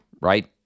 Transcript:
right